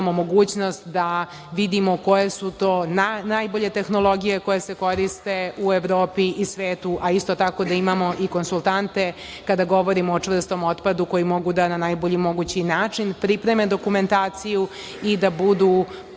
imamo mogućnost da vidimo koje su to najbolje tehnologije koje se koriste u Evropi i svetu, a isto tako da imamo i konsultante, kada govorimo o čvrstom otpada koji mogu da na najbolji mogući način pripreme dokumentaciju i da budu